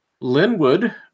Linwood